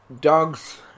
dogs